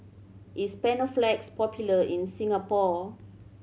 is Panaflex popular in Singapore